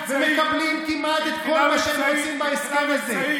ומקבלים כמעט את כל מה שהם רוצים בהסכם הזה?